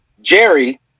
Jerry